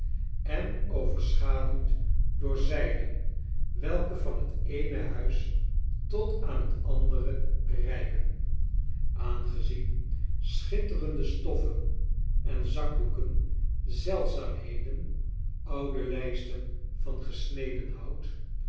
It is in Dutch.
en overschaduwd door zeilen welke van het eene huis tot aan het andere reiken aangezien schitterende stoffen en zakdoeken zeldzaamheden oudelijsten van gesneden hout